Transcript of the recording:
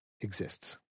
exists